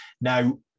Now